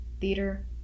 theater